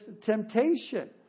temptation